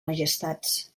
majestats